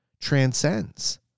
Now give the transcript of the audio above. transcends